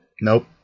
Nope